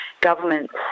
governments